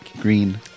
Green